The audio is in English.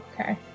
okay